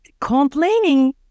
complaining